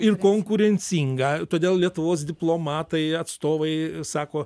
ir konkurencinga todėl lietuvos diplomatai atstovai sako